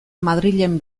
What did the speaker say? madrilen